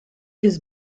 his